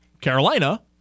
Carolina